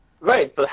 Right